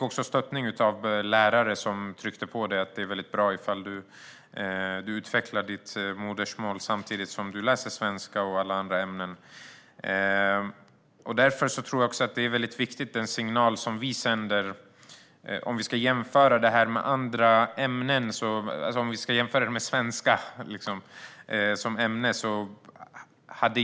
Lärare stöttade mig och tryckte på att det är bra om jag utvecklar mitt modersmål samtidigt som jag läser svenska och alla andra ämnen. Den signal vi sänder är viktig. Låt oss jämföra med ämnet svenska.